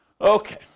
Okay